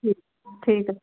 ਠੀਕ ਠੀਕ ਐ ਸਰ